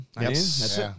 Yes